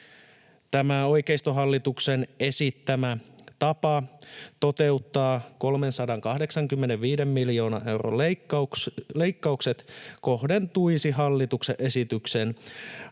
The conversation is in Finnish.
Tämä oikeistohallituksen esittämä tapa toteuttaa 385 miljoonan euron leikkaukset kohdentuisivat hallituksen esityksen